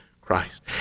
Christ